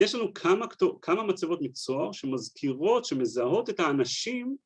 ‫יש לנו כמה מצבות מקצועות ‫שמזכירות, שמזהות את האנשים.